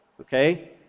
Okay